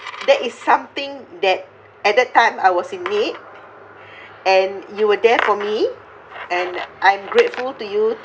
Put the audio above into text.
that is something that at that time I was in need and you were there for me and I'm grateful to you